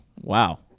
Wow